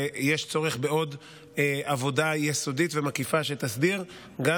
ויש צורך בעוד עבודה יסודית ומקיפה שתסדיר גם